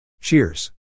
Cheers